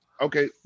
Okay